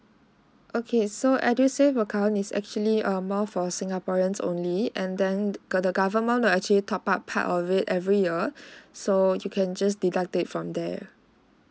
okay so edusave account is actually err more for singaporeans only and thenthe the government will actually top up part of it every year so you can just deduct it from there